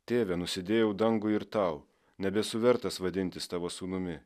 tėve nusidėjau dangui ir tau nebesu vertas vadintis tavo sūnumi